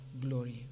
glory